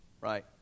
Right